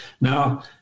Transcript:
Now